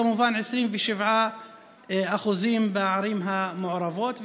כמובן, 27% בערים המעורבות.